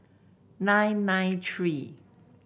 nine nine three